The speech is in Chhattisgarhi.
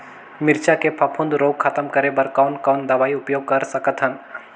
मिरचा के फफूंद रोग खतम करे बर कौन कौन दवई उपयोग कर सकत हन?